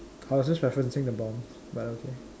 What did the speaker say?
I was just referencing the bombs but okay